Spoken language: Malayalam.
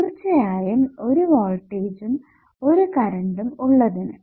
തീർച്ചയായും ഒരു വോൾടേജ്ജും ഒരു കറണ്ടും ഉള്ളതിന്